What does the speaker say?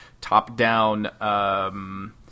top-down